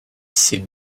ces